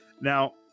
Now